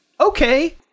okay